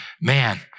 man